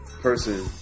person